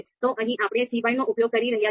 તો અહીં આપણે cbind નો ઉપયોગ કરી રહ્યા છીએ